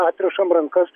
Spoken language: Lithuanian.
atrišam rankas